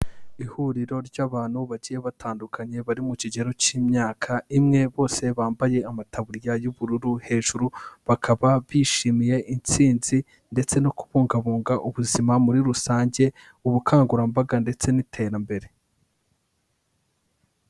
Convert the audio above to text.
Ihuriro ry'abantu bagiye batandukanye bari mu kigero cy'imyaka imwe, bose bambaye amataburiya y'ubururu hejuru, bakaba bishimiye intsinzi ndetse no kubungabunga ubuzima muri rusange, ubukangurambaga ndetse n'iterambere.